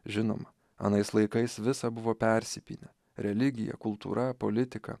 žinoma anais laikais visa buvo persipynę religija kultūra politika